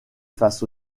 face